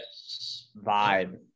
vibe